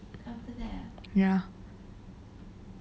ya